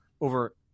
over